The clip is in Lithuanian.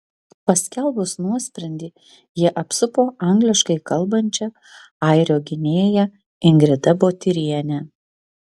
paskelbus nuosprendį jie apsupo angliškai kalbančią airio gynėją ingrida botyrienę